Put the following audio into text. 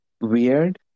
weird